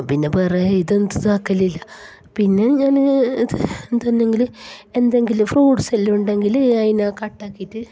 പിന്നെ വേറെ ഇതെന്തും ആക്കലില്ല പിന്നെ ഞാൻ ഇത് എന്തുണ്ടെങ്കിൽ എന്തെങ്കിലും ഫ്രൂട്ട്സ് അല്ലൊണ്ടെങ്കില് അതിനെ കട്ട ആക്കിയിട്ട്